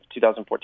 2014